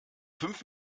fünf